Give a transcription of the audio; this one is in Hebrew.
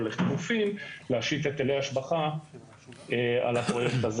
או לחילופין להשית היטלי השבחה על הפרויקט הזה